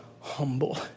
humble